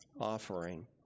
offering